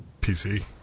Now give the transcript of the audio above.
PC